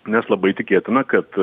nes labai tikėtina kad